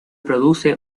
produce